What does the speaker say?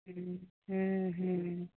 हॅं हुँ हुँ हुँ